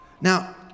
Now